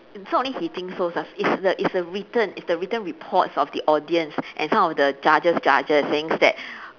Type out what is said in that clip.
it's not only he thinks so it's a it's a written it's the written reports of the audience and some of the judges' judges saying that